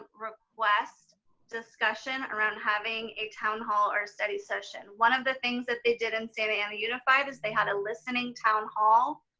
ah request discussion around having a town hall or a study session. one of the things that they did in santa ana unified was they had a listening town hall.